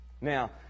Now